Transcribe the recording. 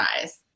size